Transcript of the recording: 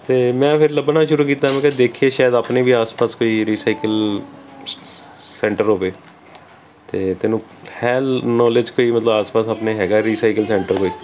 ਅਤੇ ਮੈਂ ਫਿਰ ਲੱਭਣਾ ਸ਼ੁਰੂ ਕੀਤਾ ਮੈਂ ਕਿਹਾ ਦੇਖੀਏ ਸ਼ਾਇਦ ਆਪਣੀ ਵੀ ਆਸ ਪਾਸ ਕੋਈ ਰੀਸਾਈਕਲ ਸੈਂਟਰ ਹੋਵੇ ਅਤੇ ਤੈਨੂੰ ਹੈ ਨਾਲੇਜ ਕਈ ਮਤਲਬ ਆਸ ਪਾਸ ਆਪਣੇ ਹੈਗਾ ਰੀਸਾਈਕਲ ਸੈਂਟਰ ਕੋਈ